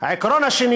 העיקרון השני